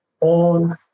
on